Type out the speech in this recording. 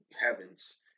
heavens